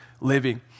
living